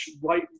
right